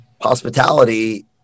hospitality